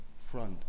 front